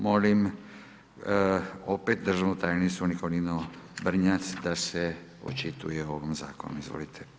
Molim opet državnu tajnicu Nikolinu Brnjac da se očituje o ovom zakonu, izvolite.